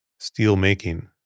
Steelmaking